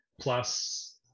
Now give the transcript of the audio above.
plus